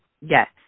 Yes